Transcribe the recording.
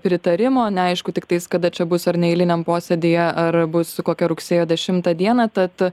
pritarimo neaišku tiktais kada čia bus ar neeiliniame posėdyje ar bus kokia rugsėjo dešimtą dieną tad